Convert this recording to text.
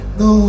no